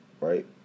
right